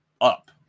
up